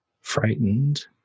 frightened